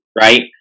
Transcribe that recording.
right